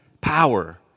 power